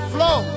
Flow